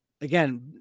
again